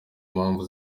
mpamvu